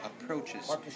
approaches